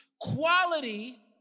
Quality